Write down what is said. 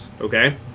Okay